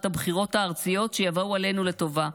הבחירות הארציות שיבואו עלינו לטובה,